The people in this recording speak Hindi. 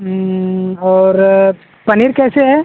और पनीर कैसे है